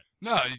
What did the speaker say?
No